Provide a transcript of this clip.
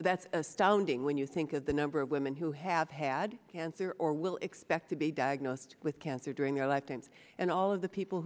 that's astounding when you think of the number of women who have had cancer or will expect to be diagnosed with cancer during their lifetimes and all of the people